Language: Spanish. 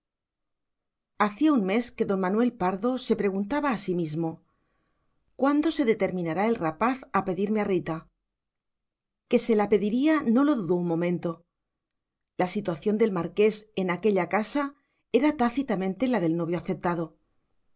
hacía un mes que don manuel pardo se preguntaba a sí mismo cuándo se determinará el rapaz a pedirme a rita que se la pediría no lo dudó un momento la situación del marqués en aquella casa era tácitamente la del novio aceptado